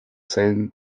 zellen